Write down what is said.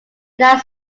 united